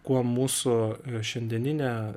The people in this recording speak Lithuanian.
kuo mūsų šiandieninė